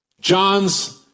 John's